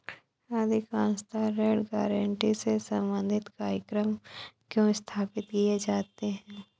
अधिकांशतः ऋण गारंटी से संबंधित कार्यक्रम क्यों स्थापित किए जाते हैं?